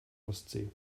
ostsee